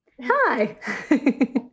Hi